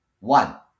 One